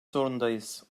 zorundayız